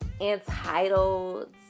entitled